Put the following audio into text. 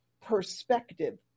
perspective